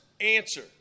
answer